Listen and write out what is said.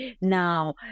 Now